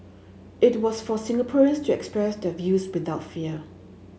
it was for Singaporeans to express their views without fear